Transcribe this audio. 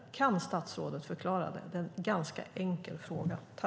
Kan statsrådet förklara det? Det är en ganska enkel fråga.